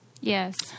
Yes